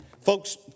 Folks